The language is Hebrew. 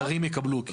דיירים יקבלו.